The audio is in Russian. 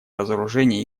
разоружение